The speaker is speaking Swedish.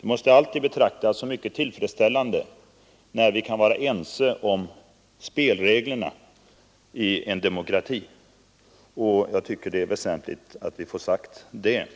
Det måste alltid betraktas som mycket tillfredsställande när vi kan vara ense om spelreglerna i en demokrati. Jag anser att det är väsentligt att slå fast detta.